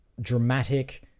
dramatic